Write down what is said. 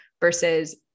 versus